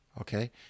okay